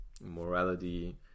morality